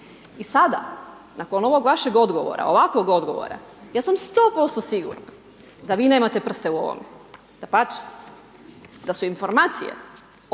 i sada, nakon ovog vašeg odgovora, ovakvog odgovora, ja sam 100% sigurna da vi nemate prste u ovome, dapače, da su informacije